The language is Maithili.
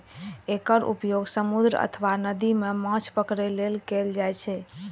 एकर उपयोग समुद्र अथवा नदी मे माछ पकड़ै लेल कैल जाइ छै